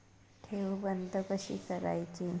ठेव बंद कशी करायची?